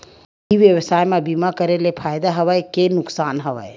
ई व्यवसाय म बीमा करे ले फ़ायदा हवय के नुकसान हवय?